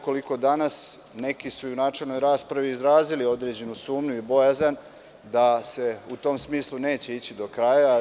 Koliko danas, neki su i u načelnoj raspravi izrazili određenu sumnju i bojazan da se u tom smislu neće ići do kraja.